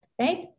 right